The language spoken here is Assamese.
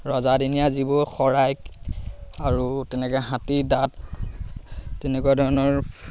ৰজাদিনীয়া যিবোৰ শৰাই আৰু তেনেকৈ হাতীৰ দাঁত তেনেকুৱা ধৰণৰ